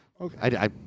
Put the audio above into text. Okay